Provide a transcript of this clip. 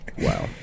Wow